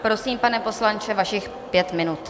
Prosím, pane poslanče, vašich pět minut.